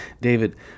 David